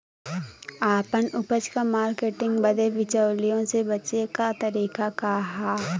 आपन उपज क मार्केटिंग बदे बिचौलियों से बचे क तरीका का ह?